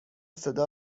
صدا